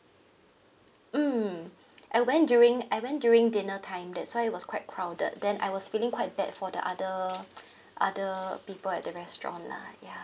mm I went during I went during dinner time that's why it was quite crowded then I was feeling quite bad for the other other people at the restaurant lah ya